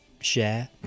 Share